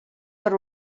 per